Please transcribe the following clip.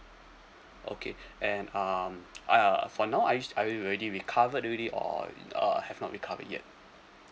okay and um uh for now are you~ are you already recovered already or uh have not recovered yet